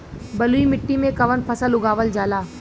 बलुई मिट्टी में कवन फसल उगावल जाला?